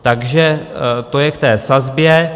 Takže to je k té sazbě.